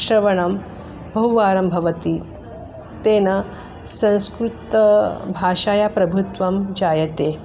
श्रवणं बहुवारं भवति तेन संस्कृतभाषायाः प्रभुत्वं जायते